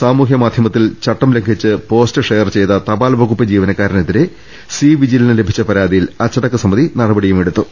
സാമൂഹ്യ മാധ്യമത്തിൽ ചട്ടം ലംഘിച്ച് പോസ്റ്റ് ഷെയർ ചെയ്ത തപാൽ വകുപ്പ് ജീവനക്കാരനെതിരെ സി വിജിലിന് ലഭിച്ച പരാതിയിൽ അച്ചടക്ക സമിതി നടപടിയെടുത്തു